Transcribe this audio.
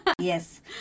Yes